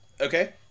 Okay